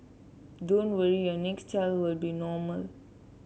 don't worry your next child will be normal